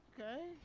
Okay